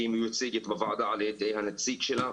שהיא מיוצגת בוועדה על ידי הנציג שלה.